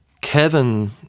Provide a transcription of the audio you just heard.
Kevin